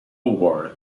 war